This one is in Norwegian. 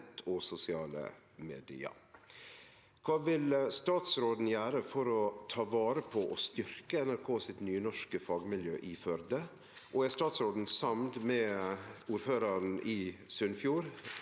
og sosiale media. Kva vil statsråden gjere for å ta vare på og styrke NRK sitt nynorske fagmiljø i Førde, og er statsråden samd med ordføraren i Sunnfjord